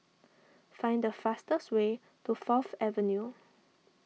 find the fastest way to Fourth Avenue